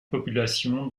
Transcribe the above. population